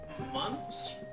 Months